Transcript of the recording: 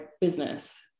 business